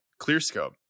ClearScope